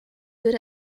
good